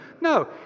No